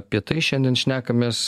apie tai šiandien šnekamės